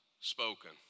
spoken